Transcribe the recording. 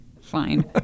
Fine